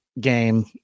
game